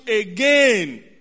again